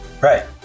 Right